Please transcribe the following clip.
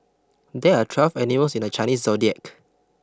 there are twelve animals in the Chinese zodiac